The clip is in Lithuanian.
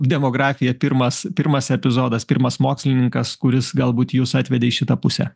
demografiją pirmas pirmas epizodas pirmas mokslininkas kuris galbūt jus atvedė į šitą pusę